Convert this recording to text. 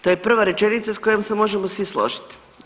To je prva rečenica s kojom se možemo svi složiti.